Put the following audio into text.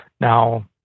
Now